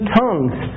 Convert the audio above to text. tongues